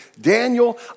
Daniel